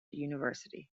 university